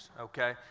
Okay